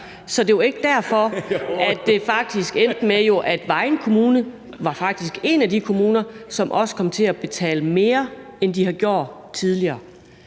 Så det er jo ikke derfor, at det faktisk endte, som det gjorde. Vejen Kommune var en af de kommuner, som også kom til at betale mere, end de har gjort tidligere.